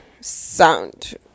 sound